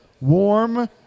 warm